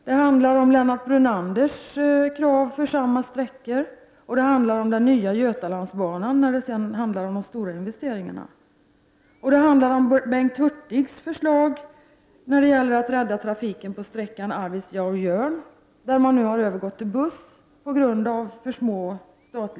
Det handlar också om Lennart Brunanders krav beträffande samma sträckor och om Götalandsbanan, där det är fråga om stora investeringar. Det handlar vidare om Bengt Hurtigs förslag för att rädda trafiken på sträckan Arvidsjaur-Jörn, där man nu på grund av för små statliga bidrag övergått till busstrafik.